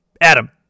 Adam